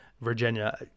Virginia